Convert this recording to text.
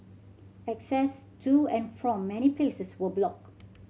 access to and from many places were blocked